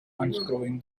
unscrewing